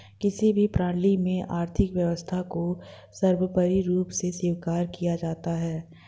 किसी भी प्रणाली में आर्थिक व्यवस्था को सर्वोपरी रूप में स्वीकार किया जाता है